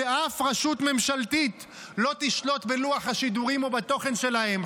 שאף רשות ממשלתית לא תשלוט בלוח השידורים או בתוכן שלהם,